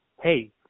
Hey